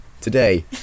today